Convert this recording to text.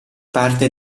parte